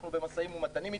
אנחנו במשא ומתן אתם.